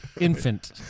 infant